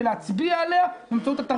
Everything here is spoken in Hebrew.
אתם, כנראה, בגלל משמעת קואליציונית תפילו אותה.